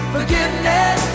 Forgiveness